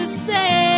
stay